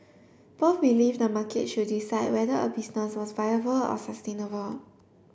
both believe the market should decide whether a business was viable or sustainable